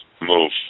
Move